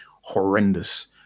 horrendous